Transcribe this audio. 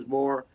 more